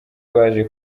baje